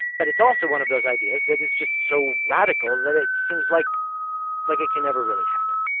but it's also one of those ideas that is just so radical that it seems like like it can never really happen.